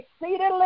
exceedingly